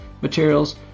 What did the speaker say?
materials